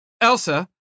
Elsa